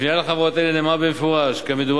בפנייה לחברות אלה נאמר במפורש כי מדובר